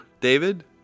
David